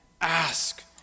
ask